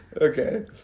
Okay